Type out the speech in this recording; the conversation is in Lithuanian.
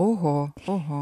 oho oho